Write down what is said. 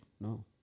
No